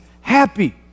happy